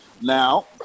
Now